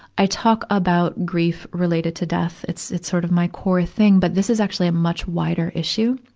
i talk about grief related to death. it's, it's sort of my core thing, but this is actually a much wider issue.